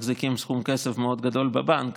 מחזיקים סכום כסף מאוד גדול בבנק.